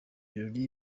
birori